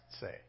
say